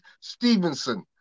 Stevenson